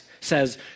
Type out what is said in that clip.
says